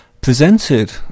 presented